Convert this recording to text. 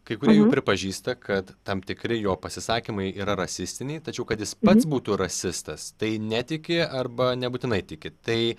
kai kurie jų pripažįsta kad tam tikri jo pasisakymai yra rasistiniai tačiau kad jis pats būtų rasistas tai netiki arba nebūtinai tiki tai